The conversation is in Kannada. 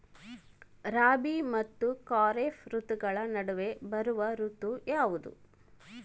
ರಾಬಿ ಮತ್ತು ಖಾರೇಫ್ ಋತುಗಳ ನಡುವೆ ಬರುವ ಋತು ಯಾವುದು?